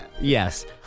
Yes